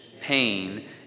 pain